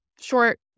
short